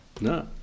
no